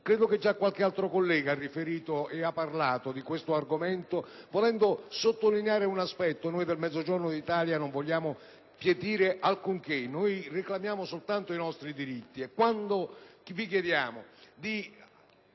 Credo che già qualche altro collega abbia parlato di questo argomento volendo sottolineare un aspetto: noi del Mezzogiorno d'Italia non vogliamo dire alcunché; reclamiamo soltanto i nostri diritti.